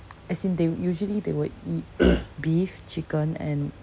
as in they usually they will eat beef chicken and